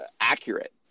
accurate